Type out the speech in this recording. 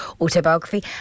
autobiography